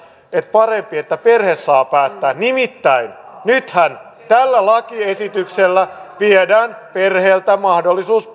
parempi että perhe saa päättää nimittäin nythän tällä lakiesityksellä viedään perheeltä mahdollisuus